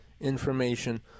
information